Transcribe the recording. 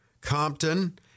Compton